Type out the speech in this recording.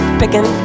picking